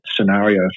scenario